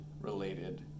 related